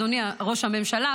אדוני ראש הממשלה,